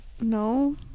No